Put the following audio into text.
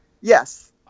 Yes